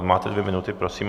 Máte dvě minuty, prosím.